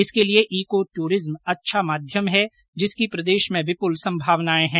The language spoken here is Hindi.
इसके लिए ईको टूरिज्म अच्छा माध्यम है जिसकी प्रदेश में विपुल संभावनाएं हैं